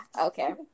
Okay